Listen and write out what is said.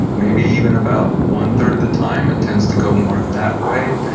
maybe even about one-third of the time it tends to go more that way,